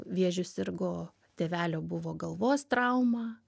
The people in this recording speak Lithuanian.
vėžiu sirgo tėvelio buvo galvos trauma